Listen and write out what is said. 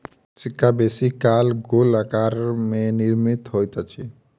सिक्का बेसी काल गोल आकार में निर्मित होइत अछि